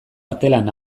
artelan